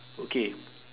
okay